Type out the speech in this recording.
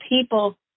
people